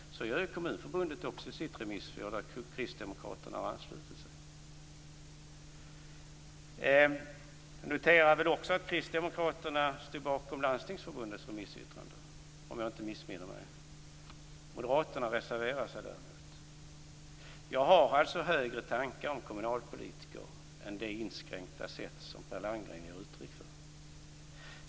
Det gör också Kommunförbundet i sitt remisssvar, och där har Kristdemokraterna anslutit sig. Jag noterar också att Kristdemokraterna står bakom Landstingsförbundets remissyttrande om jag inte missminner mig. Moderaterna reserverar sig däremot. Jag har alltså högre tankar om kommunalpolitiker än det inskränkta sätt som Per Landgren ger uttryck för.